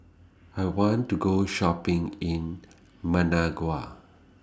I want to Go Shopping in Managua